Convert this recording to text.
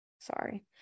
sorry